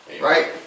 right